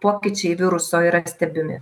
pokyčiai viruso yra stebimi